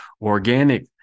organic